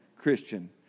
Christian